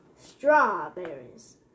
Strawberries